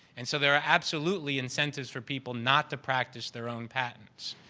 and so, there are absolutely incentives for people not to practice their own patents.